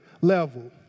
level